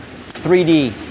3D